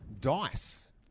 dice